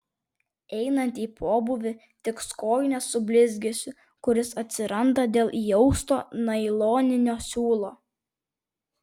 einant į pobūvį tiks kojinės su blizgesiu kuris atsiranda dėl įausto nailoninio siūlo